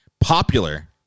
popular